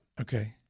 Okay